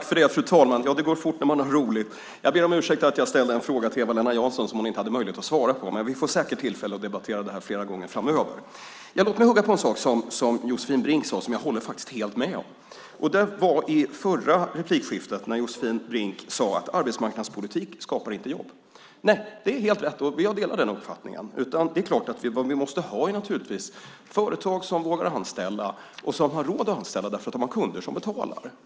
Fru talman! Det går fort när man har roligt. Jag ber om ursäkt för att jag ställde en fråga till Eva-Lena Jansson som hon inte hade möjlighet att svara på, men vi får säkert tillfälle att debattera det här flera gånger framöver. Låt mig hugga på en sak som Josefin Brink sade och som jag faktiskt helt håller med om. I sitt tidigare inlägg sade Josefin Brink att arbetsmarknadspolitik inte skapar jobb. Nej, det är helt rätt. Jag delar den uppfattningen. Det är klart att det vi måste ha är företag som vågar anställa och som har råd att anställa därför att de har kunder som betalar.